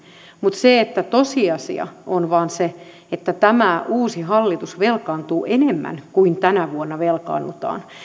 mutta tosiasia on vain se että tämä uusi hallitus velkaantuu enemmän kuin tänä vuonna velkaannutaan